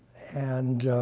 and